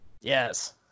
yes